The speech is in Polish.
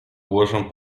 ułożę